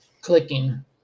clicking